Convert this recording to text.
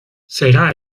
será